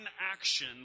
action